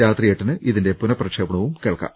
രാത്രി എട്ടിന് ഇതിന്റെ പുനഃപ്രക്ഷേപണം കേൾക്കാം